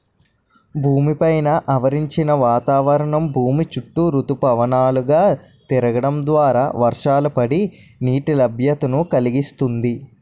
భూమి పైన ఆవరించిన వాతావరణం భూమి చుట్టూ ఋతుపవనాలు గా తిరగడం ద్వారా వర్షాలు పడి, నీటి లభ్యతను కలిగిస్తుంది